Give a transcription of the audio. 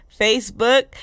facebook